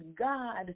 God